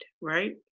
right